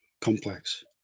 complex